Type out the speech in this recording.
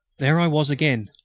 there i was again,